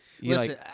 Listen